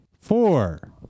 Four